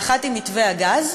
האחת היא מתווה הגז,